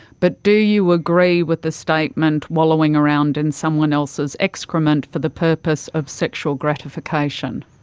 but do you agree with the statement wallowing around in someone else's excrement for the purpose of sexual gratification?